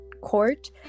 court